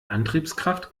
antriebskraft